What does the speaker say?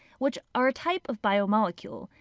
which are a type of biomolecule.